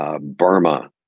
burma